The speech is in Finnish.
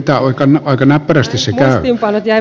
ei mitään aika näppärästi se käy